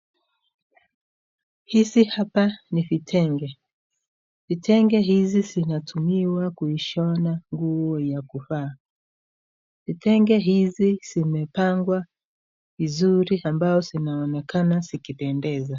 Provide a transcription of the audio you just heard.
Hizi hapa ni vitenge. vitenge hizi zinatiwa kuishona nguo za kuvaa. Vitenge hizi zimepangwa vizuri ambo zinaonekana zikipendeza.